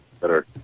better